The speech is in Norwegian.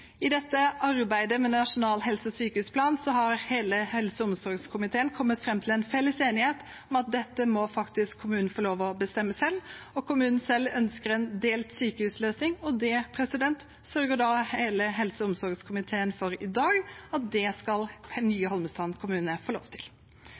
I arbeidet med Nasjonal helse- og sykehusplan har hele helse- og omsorgskomiteen kommet fram til en felles enighet om at dette må kommunen faktisk få lov til å bestemme selv, og kommunen selv ønsker en delt sykehusløsning. Det sørger da hele helse- og omsorgskomiteen i dag for at nye Holmestrand kommune skal